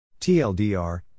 TLDR